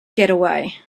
getaway